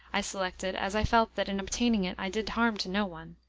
i selected, as i felt that, in obtaining it, i did harm to no one.